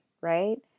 right